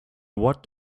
what